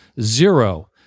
Zero